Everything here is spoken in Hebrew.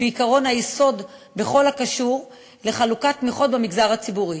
שהוא עקרון היסוד בכל הקשור לחלוקת תמיכות במגזר הציבורי.